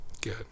Good